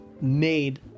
made